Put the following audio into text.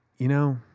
you know,